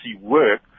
work